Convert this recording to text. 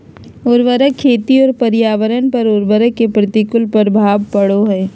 उर्वरक खेती और पर्यावरण पर उर्वरक के प्रतिकूल प्रभाव पड़ो हइ